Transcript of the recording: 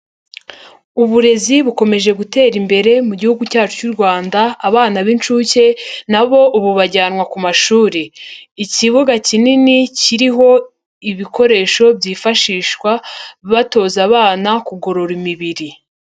Uburezi bukomeje gutera imbere mu gihugu cyacu cy'u Rwanda, abana b'inshuke na bo ubu bajyanwa ku mashuri, ikibuga kinini kiriho ibikoresho byifashishwa batoza abana kugorora imibiri.